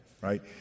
right